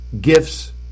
gifts